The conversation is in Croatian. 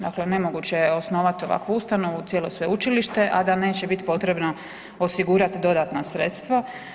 Dakle, nemoguće je osnovat ovakvu ustanovu, cijelo sveučilište, a da neće bit potrebno osigurat dodatna sredstva.